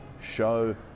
show